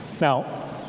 Now